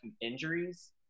injuries